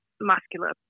muscular